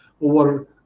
over